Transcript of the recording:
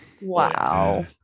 Wow